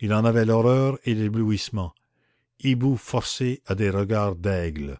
il en avait l'horreur et l'éblouissement hibou forcé à des regards d'aigle